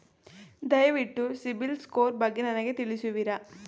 ದಯವಿಟ್ಟು ಸಿಬಿಲ್ ಸ್ಕೋರ್ ಬಗ್ಗೆ ನನಗೆ ತಿಳಿಸುವಿರಾ?